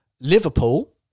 Liverpool